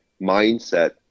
mindset